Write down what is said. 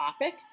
topic